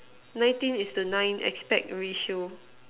nineteen is to nine aspect ratio